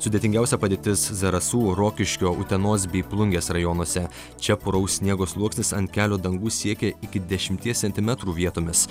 sudėtingiausia padėtis zarasų rokiškio utenos bei plungės rajonuose čia puraus sniego sluoksnis ant kelio dangų siekia iki dešimties centimetrų vietomis